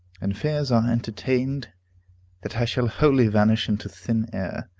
and fears are entertained that i shall wholly vanish into thin air.